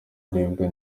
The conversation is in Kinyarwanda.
uribwa